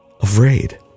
afraid